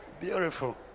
Beautiful